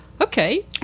okay